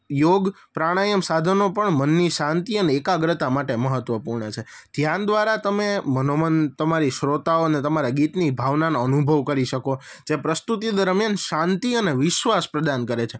યોગ પ્રાણાયામ સાધનો પણ મનની શાંતિ અને એકાગ્રતા માટે મહત્વપૂર્ણ છે ધ્યાન દ્વારા તમે મનોમન તમારી શ્રોતાઓ અને તમારા ગીતની ભાવનાનો અનુભવ કરી શકો જે પ્રસ્તુતિ દરમિયાન શાંતિ અને વિશ્વાસ પ્રદાન કરે છે